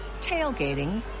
tailgating